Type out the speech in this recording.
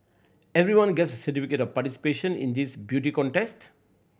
everyone gets a certificate of participation in this beauty contest